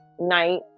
night